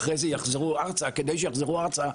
כדי שיחזרו ארצה,